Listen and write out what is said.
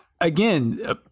again